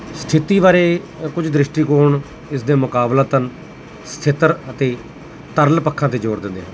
ਸਥਿਤੀ ਬਾਰੇ ਕੁਝ ਦ੍ਰਿਸ਼ਟੀਕੋਣ ਇਸ ਦੇ ਮੁਕਾਬਲਤਨ ਸਥਿਰ ਅਤੇ ਤਰਲ ਪੱਖਾਂ 'ਤੇ ਜ਼ੋਰ ਦਿੰਦੇ ਹਨ